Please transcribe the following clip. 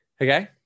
okay